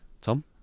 Tom